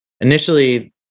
initially